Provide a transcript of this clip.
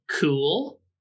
Cool